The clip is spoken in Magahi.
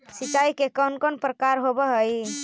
सिंचाई के कौन कौन प्रकार होव हइ?